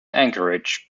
anchorage